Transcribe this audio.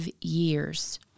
years